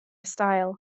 style